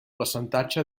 percentatge